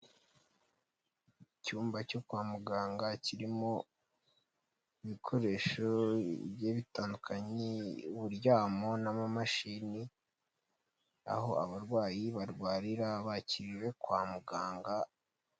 Icyumba cyo kwa muganga kirimo ibikoresho bigiye bitandukanye, uburyamo n'amamashini aho abarwayi barwarira bakiriwe kwa muganga.